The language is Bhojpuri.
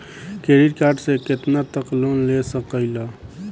क्रेडिट कार्ड से कितना तक लोन ले सकईल?